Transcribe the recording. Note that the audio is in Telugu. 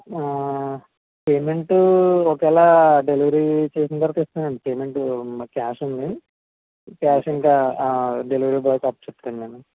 పేమెంట్ ఒకవేళ డెలివరీ చేసిన తర్వాత ఇస్తాను అండి పేమెంట్ మరి క్యాష్ ఉంది క్యాష్ ఇంక డెలివరీ బాయ్కి అప్పచెప్తాను నేను